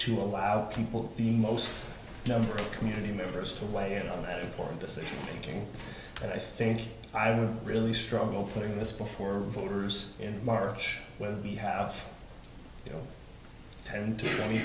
to allow people the most number of community members to weigh in on that important decision making and i think i would really struggle putting this before voters in march with the half you know ten to twenty